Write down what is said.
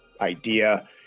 idea